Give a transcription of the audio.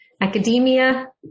academia